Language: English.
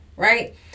Right